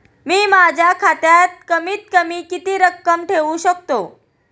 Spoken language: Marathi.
मी माझ्या खात्यात कमीत कमी किती रक्कम ठेऊ शकतो?